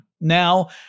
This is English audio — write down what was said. Now